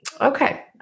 Okay